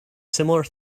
similar